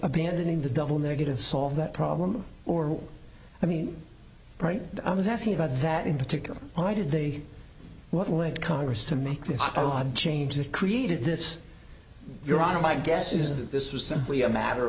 abandoning the double negative solve that problem or i mean i was asking about that in particular why did they what led congress to make a lot of change that created this your honor my guess is that this was simply a matter